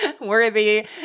worthy